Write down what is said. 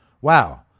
Wow